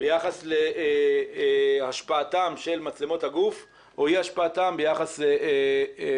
ביחס להשפעתן של מצלמות הגוף או אי השפעתן ביחס לשיטור